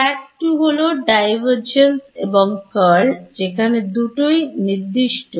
Fact 2 হল Divergence এবং Curl যেখানে দুটোই নির্দিষ্ট